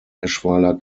eschweiler